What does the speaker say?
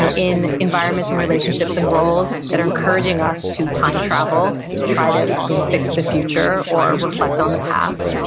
in environments and relationships and roles that are encouraging us to time travel, to try to you know fix the future or reflect on the past.